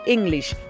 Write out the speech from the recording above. English